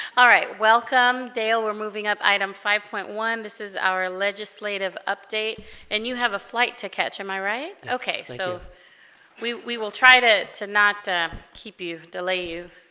all right welcome dale we're moving up item five point one this is our legislative update and you have a flight to catch am i right okay so we we will try to to not keep you delay you